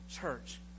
church